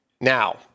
Now